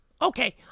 Okay